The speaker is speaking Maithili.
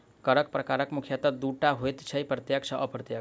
करक प्रकार मुख्यतः दू टा होइत छै, प्रत्यक्ष आ अप्रत्यक्ष